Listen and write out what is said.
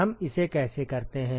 हम इसे कैसे करते हैं